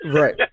right